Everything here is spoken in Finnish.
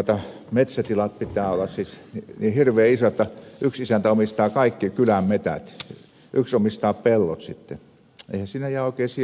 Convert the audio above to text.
että metsätilojen pitää olla siis niin hirveän isoja että yksi isäntä omistaa kaikki kylän metsät yksi omistaa pellot sitten ei jää oikein sijaa toisille